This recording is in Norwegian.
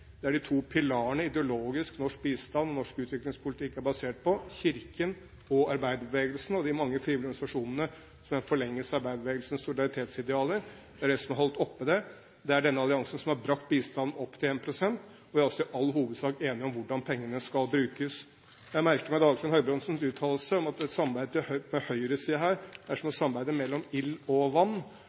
Det er de to pilarene i ideologisk norsk bistand som norsk utviklingspolitikk er basert på. Det er Kirken og arbeiderbevegelsen og de mange frivillige organisasjonene som er en forlengelse av arbeiderbevegelsens solidaritetsidealer, som har holdt den oppe. Det er denne alliansen som har brakt bistanden opp til 1 pst., og vi er også i all hovedsak enige om hvordan pengene skal brukes. Jeg har merket meg Dagfinn Høybråtens uttalelse om at et samarbeid med høyresiden er som et samarbeid mellom ild og vann.